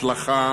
הצלחה